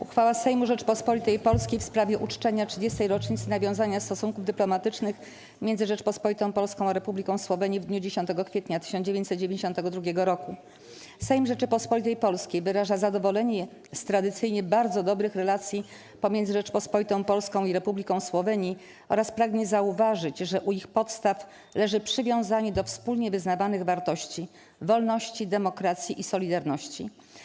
Uchwała Sejmu Rzeczypospolitej Polskiej w sprawie uczczenia 30. rocznicy nawiązania stosunków dyplomatycznych między Rzecząpospolitą Polską a Republiką Słowenii w dniu 10 kwietnia 1992 r. Sejm Rzeczypospolitej Polskiej wyraża zadowolenie z tradycyjnie bardzo dobrych relacji pomiędzy Rzecząpospolitą Polską i Republiką Słowenii oraz pragnie zauważyć, że u ich podstaw leży przywiązanie do wspólnie wyznawanych wartości - wolności, demokracji i solidarności.